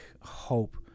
hope